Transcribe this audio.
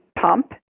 pump